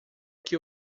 que